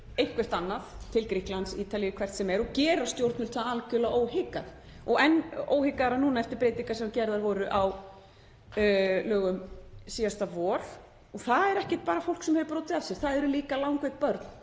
eitthvert annað, til Grikklands, Ítalíu eða hvert sem er, og gera stjórnvöld það algjörlega óhikað og enn frekar nú eftir breytingar sem gerðar voru á lögum síðasta vor. Það er ekki bara fólk sem hefur brotið af sér, það eru líka langveik börn